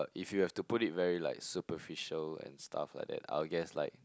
but if you have to put it very like superficial and stuff like that I will guess like